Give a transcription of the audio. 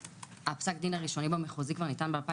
הפסק הדין הראשוני במחוזי ניתן כבר ב-20,